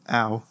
ow